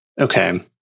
Okay